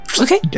Okay